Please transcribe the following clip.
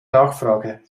nachfrage